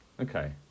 Okay